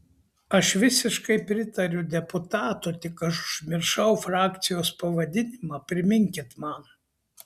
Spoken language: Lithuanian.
aš visiškai pritariu deputato tik aš užmiršau frakcijos pavadinimą priminkit man